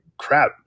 crap